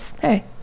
hey